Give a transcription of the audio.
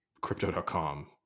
crypto.com